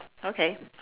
okay